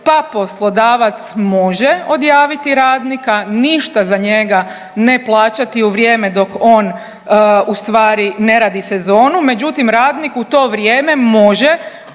pa poslodavac može odjaviti radnika, ništa za njega ne plaćati u vrijeme dok on ustvari ne radi sezonu, međutim, radnik u to vrijeme može,